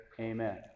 Amen